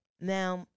now